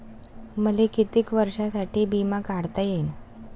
मले कितीक वर्षासाठी बिमा काढता येईन?